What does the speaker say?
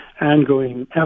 ongoing